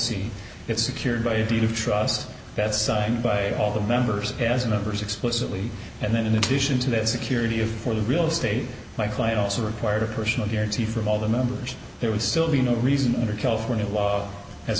see it secured by a deed of trust that's signed by all the members as numbers explicitly and then in addition to that security for the real estate my client also required a personal guarantee from all the members there would still be no reason to under california law as